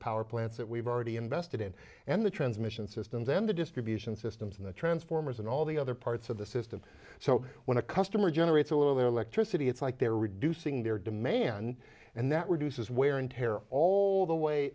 power plants that we've already invested in and the transmission systems and the distribution systems and the transformers and all the other parts of the system so when a customer generates a lot of their electricity it's like they're reducing their demand and that reduces wear and tear all the way